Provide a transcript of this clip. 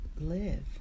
live